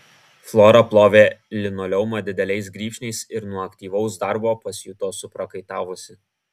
flora plovė linoleumą dideliais grybšniais ir nuo aktyvaus darbo pasijuto suprakaitavusi